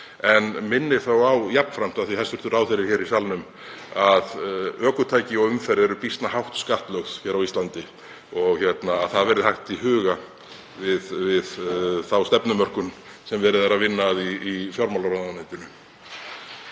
en minni þó jafnframt á, af því hæstv. ráðherra er hér í salnum, að ökutæki og umferð eru býsna hátt skattlögð á Íslandi og að það verði haft í huga við þá stefnumörkun sem verið er að vinna að í fjármálaráðuneytinu.